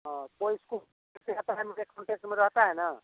हाँ कोई स्कूल रहता है ना